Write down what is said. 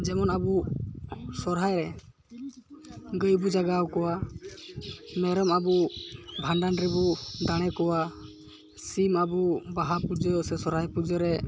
ᱡᱮᱢᱚᱱ ᱟᱵᱚ ᱥᱚᱦᱚᱨᱟᱭ ᱨᱮ ᱜᱟᱹᱭᱵᱚ ᱡᱟᱜᱟᱣ ᱠᱚᱣᱟ ᱢᱮᱨᱚᱢ ᱟᱵᱚ ᱵᱷᱟᱸᱰᱟᱱᱨᱮ ᱵᱚ ᱫᱟᱬᱮ ᱠᱚᱣᱟ ᱥᱤᱢ ᱟᱵᱚ ᱵᱟᱦᱟ ᱯᱩᱡᱟᱹ ᱥᱮ ᱥᱚᱨᱦᱟᱭ ᱯᱩᱡᱟᱹᱨᱮ